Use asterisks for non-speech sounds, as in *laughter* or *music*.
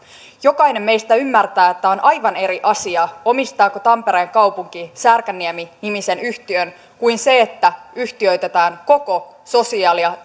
jokainen meistä ymmärtää että se on aivan eri asia omistaako tampereen kaupunki särkänniemi nimisen yhtiön kuin se että yhtiöitetään koko sosiaali ja *unintelligible*